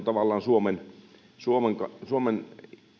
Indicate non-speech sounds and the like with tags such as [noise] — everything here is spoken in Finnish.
[unintelligible] tavallaan suomen suomen